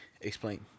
explain